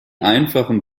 einfachen